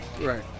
Right